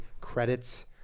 credits